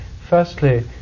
firstly